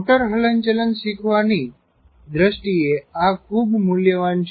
motor હલનચલન શીખવાની દૃષ્ટિએ આ ખૂબ મૂલ્યવાન છે